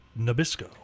Nabisco